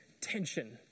tension